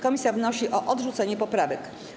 Komisja wnosi o odrzucenie poprawek.